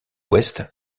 ouest